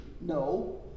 No